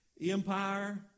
empire